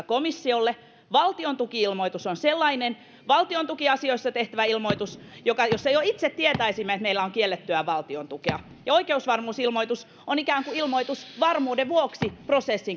komissiolle valtiontuki ilmoitus on sellainen valtiontukiasioissa tehtävä ilmoitus joka tehtäisiin jos jo itse tietäisimme että meillä on kiellettyä valtiontukea ja oikeusvarmuusilmoitus on ilmoitus prosessin käynnistämisestä ikään kuin varmuuden vuoksi nyt